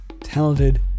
talented